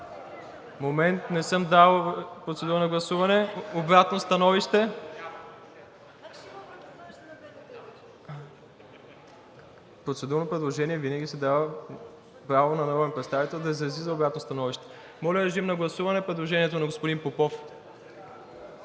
Момент, не съм дал процедура на гласуване. (Шум и реплики.) Обратно становище? С процедурно предложение винаги се дава право на народен представител да изрази за обратно становище. Моля, режим на гласуване за предложението на господин Попов.